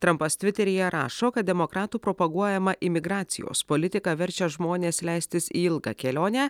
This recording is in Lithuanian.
trampas tviteryje rašo kad demokratų propaguojama imigracijos politika verčia žmones leistis į ilgą kelionę